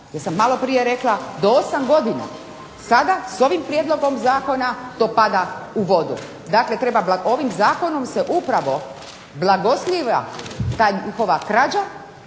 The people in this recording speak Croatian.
kazna malo prije sam rekla do 8 godina. Sada s ovim prijedlogom zakona to pada u vodu. Dakle, treba ovim zakonom se upravo blagoslivlja ta njihova krađa